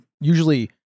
Usually